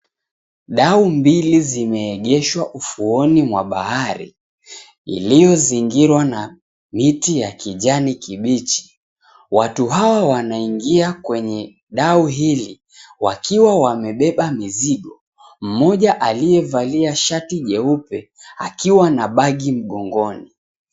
Dau mbili zimeegeshwa ufuoni mwa bahari iliyozingirwa na miti ya kijani kibichi, watu hawa Wanaingia kwenye dau hili wakiwa wamebeba mizigo moja aliyevalia shati jeupe akiwa na bagi mgongoni .